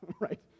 right